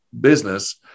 business